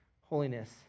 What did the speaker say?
holiness